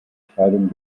kleidung